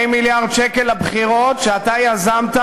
2 מיליארד שקל לבחירות שאתה יזמת,